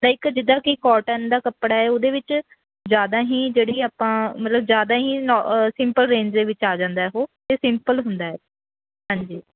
like ਜਿੱਦਾਂ ਕਿ cotton ਦਾ ਕੱਪੜਾ ਹੈ ਉਹਦੇ ਵਿੱਚ ਜ਼ਿਆਦਾ ਹੀ ਜਿਹੜੀ ਆਪਾਂ ਮਤਲਬ ਜ਼ਿਆਦਾ ਹੀ ਨੋ ਸਿੰਪਲ ਰੇਂਜ ਦੇ ਵਿੱਚ ਆ ਜਾਂਦਾ ਉਹ ਅਤੇ ਸਿੰਪਲ ਹੁੰਦਾ ਹੈ ਹਾਂਜੀ